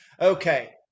Okay